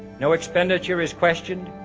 no expenditure is questioned,